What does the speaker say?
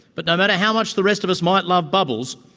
but no matter how much the rest of us might love bubbles,